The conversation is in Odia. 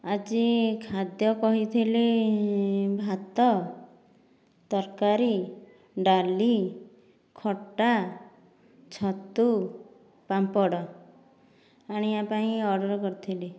ଆଜି ଖାଦ୍ୟ କହିଥିଲି ଭାତ ତରକାରୀ ଡାଲି ଖଟା ଛତୁ ପାମ୍ପଡ଼ ଆଣିବା ପାଇଁ ଅର୍ଡ଼ର କରିଥିଲି